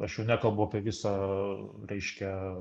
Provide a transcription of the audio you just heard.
aš jau nekalbu apie visą reiškia